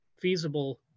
feasible